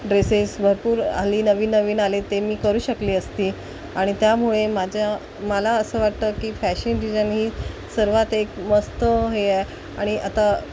dresses भरपूर हल्ली नवीन नवीन आले ते मी करू शकली असती आणि त्यामुळे माझ्या मला असं वाटतं की फॅशन डिझायन ही सर्वात एक मस्त हे आहे आणि आता